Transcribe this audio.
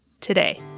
Today